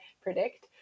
predict